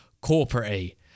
corporate